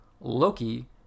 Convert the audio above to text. Loki